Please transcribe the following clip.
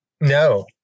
No